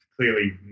clearly